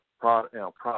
product